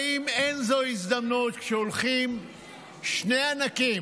האם אין זו הזדמנות, כשהולכים שני ענקים,